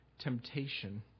temptation